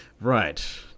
right